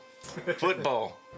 football